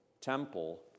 temple